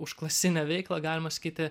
užklasinę veiklą galima sakyti